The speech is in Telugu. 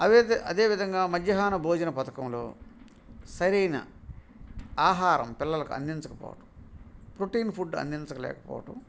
అదే అదేవిధంగా మధ్యాహ్న భోజన పథకంలో సరైన ఆహారం పిల్లలకి అందించకపోటం ప్రోటీన్ ఫుడ్ అందించలేకపోవటం